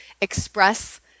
express